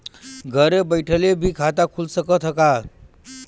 घरे बइठले भी खाता खुल सकत ह का?